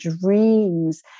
dreams